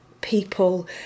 people